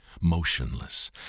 motionless